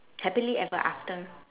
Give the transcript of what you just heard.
happily ever after